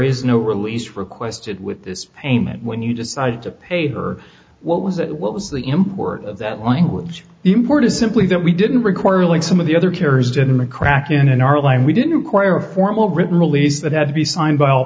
is no release requested with this payment when you decide to paper what was it what was the import of that language the import is simply that we didn't require like some of the other carers didn't mccracken in our line we didn't require a formal written release that had to be signed by all